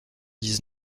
dix